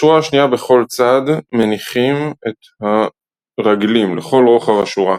בשורה השנייה בכל צד מניחים את הרגלים לכל רוחב השורה.